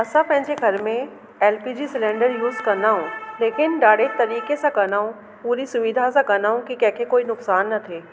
असां पंहिंजे घर में एलपीजी सिलेंडर यूस कंदाऊं लेकिन ॾाढे तरीक़े सां कंदाऊं पूरी सुविधा सां कंदाऊं कि कंहिंखे कोई नुक़सान न थिए